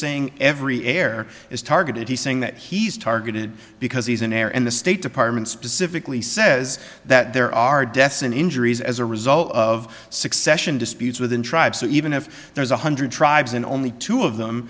saying every air is targeted he's saying that he's targeted because he's an heir and the state department specifically says that there are deaths and injuries as a result of succession disputes within tribe so even if there is one hundred tribes and only two of them